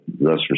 thus